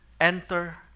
Enter